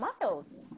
miles